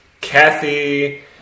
Kathy